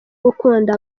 gukunda